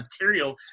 material